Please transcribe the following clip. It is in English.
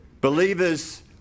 believers